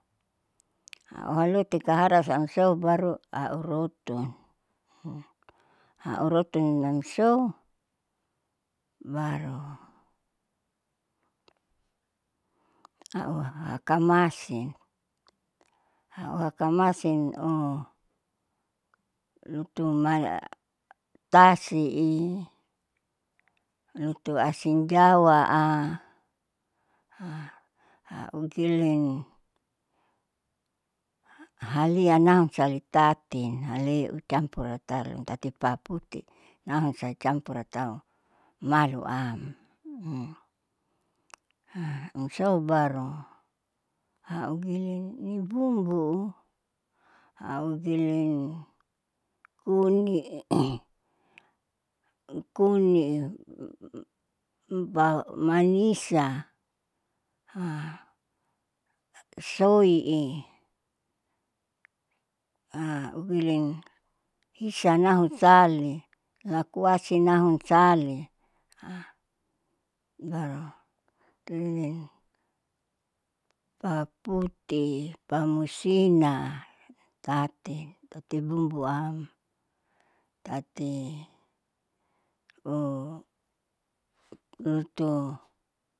Auhaloti kaharasiamsou baru aurotun, aurotun nam so baru auhakamasin auhakasino lutu malatasi'i lutu asinjawa'a haungkilin halia nam sali tatin haleu campur ratalun tatipaputi namsai campur atau maluam amsou baru au giling nibumbuu au giling kunii kunii bamanisa soi'i giling hisanau sali lakuasi nahusali. baru tunin pahputi, pamusina, tati tati bumbuam tati uutu.